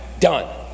done